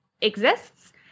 exists